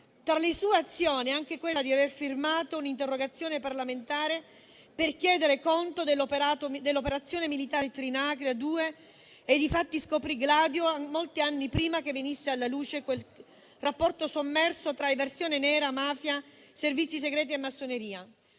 Tra le sue azioni, vi fu anche la firma di un'interrogazione parlamentare per chiedere conto dell'operato dell'operazione militare Trinacria 2. E difatti scoprì Gladio molti anni prima che venisse alla luce quel rapporto sommerso tra eversione nera, mafia, servizi segreti e massoneria.